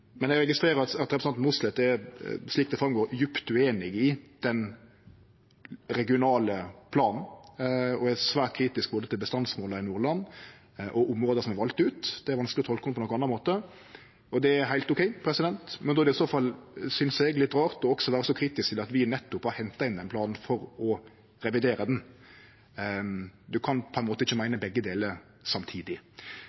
Men eg registrerer at representanten Mossleth, slik det kjem fram, er djupt ueinig i den regionale planen. Ho er svært kritisk til både bestandsmålet i Nordland og områda som er valde ut. Det er vanskeleg å tolke det ho seier på annan måte. Det er heilt ok. Men då synest eg det er litt rart at ein også er så kritisk til at vi nettopp har henta inn ein plan for å revidere han. Ein kan på ein måte ikkje meine